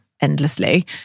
endlessly